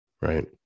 right